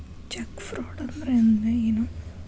Check fraud ಅಂದ್ರ ಏನು?